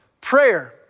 prayer